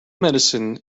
medicine